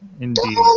indeed